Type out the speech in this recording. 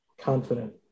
confident